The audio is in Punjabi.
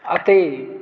ਅਤੇ